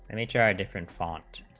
and teach ah a different font